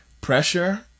pressure